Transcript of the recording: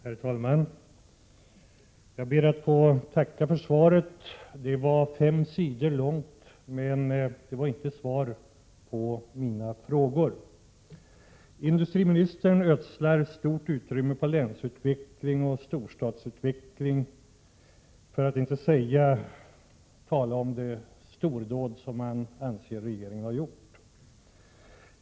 Herr talman! Jag ber att få tacka för svaret. Det var fem sidor långt, men det gav inte svar på mina frågor. Industriministern ödslar stort utrymme på länsutveckling och storstadsutveckling för att inte tala om de stordåd som han anser att regeringen har uträttat.